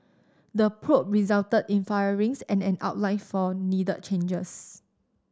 the probe resulted in firings and an outline for needed changes